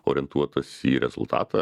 orientuotas į rezultatą